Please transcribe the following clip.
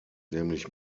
nämlich